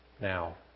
now